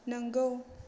नंगौ